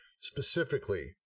specifically